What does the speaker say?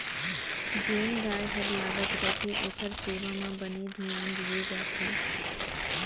जेन गाय हर लागत रथे ओकर सेवा म बने धियान दिये जाथे